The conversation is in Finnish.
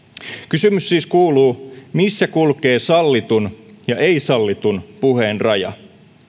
kysymys siis kuuluu missä kulkee sallitun ja ei sallitun puheen raja